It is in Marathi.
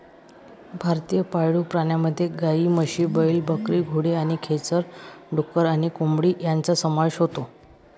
भारतीय पाळीव प्राण्यांमध्ये गायी, म्हशी, बैल, बकरी, घोडे आणि खेचर, डुक्कर आणि कोंबडी यांचा समावेश होतो